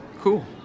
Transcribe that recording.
Cool